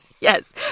Yes